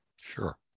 Sure